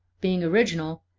being original,